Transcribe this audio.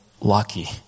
lucky